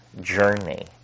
journey